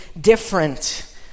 different